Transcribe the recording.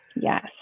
Yes